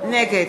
נגד